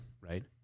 Right